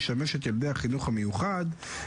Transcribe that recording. חוב של למעלה מ-4 מיליון שקל.